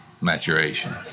maturation